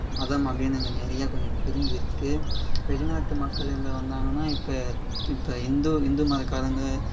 மதம் அப்படின்னு இங்கே நிறையா கொஞ்சம் பிரிஞ்சிருக்குது வெளிநாட்டு மக்கள் இங்கே வந்தாங்கன்னா இப்போ இப்போ இந்து இந்து மதக்காரங்க